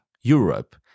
Europe